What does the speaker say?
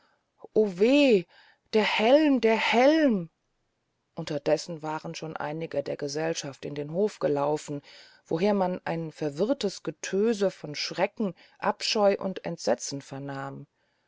der helm der helm unterdessen waren schon einige der gesellschaft in den hof gelaufen woher man ein verwirrtes getöse von schrecken abscheu und entsetzen vernahm